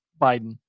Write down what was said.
Biden